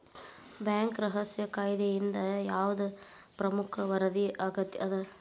Bank ರಹಸ್ಯ ಕಾಯಿದೆಯಿಂದ ಯಾವ್ದ್ ಪ್ರಮುಖ ವರದಿ ಅಗತ್ಯ ಅದ?